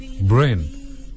brain